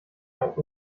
auch